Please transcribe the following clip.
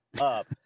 up